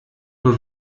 nur